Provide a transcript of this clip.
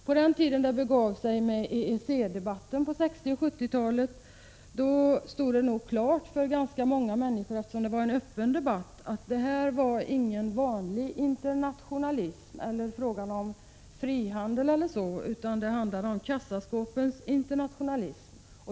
På den tiden det begav sig i EEC-debatten på 1960-talet och 1970-talet stod det nog klart för ganska många människor, eftersom det var en öppen debatt, att det här inte rörde sig om någon vanlig internationalism eller om t.ex. frihandel, utan det handlade om kassaskåpens internationalism.